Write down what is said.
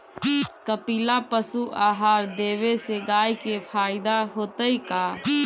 कपिला पशु आहार देवे से गाय के फायदा होतै का?